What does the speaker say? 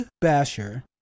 Basher